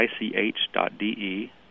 ICH.de